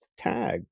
Tag